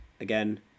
again